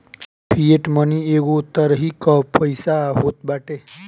fiat money एगो तरही कअ पईसा होत बाटे